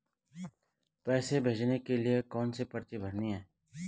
पैसे भेजने के लिए कौनसी पर्ची भरनी है?